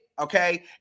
Okay